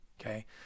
okay